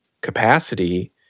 capacity